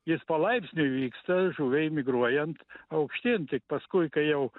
jis palaipsniui vyksta žuviai migruojant aukštyn tik paskui kai jau